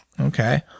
Okay